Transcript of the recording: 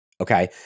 Okay